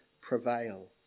prevail